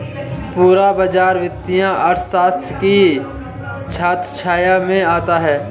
पूरा बाजार वित्तीय अर्थशास्त्र की छत्रछाया में आता है